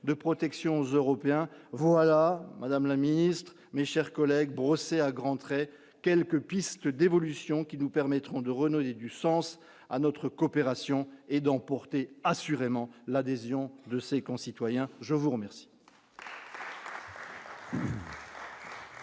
de protection aux Européens, voilà, Madame la Ministre, mes chers collègues, brossé à grands traits quelques pistes d'évolution qui nous permettront de Renault et du sens à notre coopération et d'emporter assurément l'adhésion de ses concitoyens, je vous remercie.